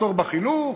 תחתוך בחינוך?